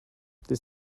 this